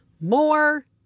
More